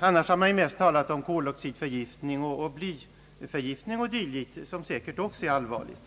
Annars har man mest talat om koloxidförgiftning, blyförgiftning och dylikt som säkert också är allvarligt.